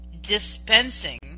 dispensing